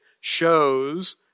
shows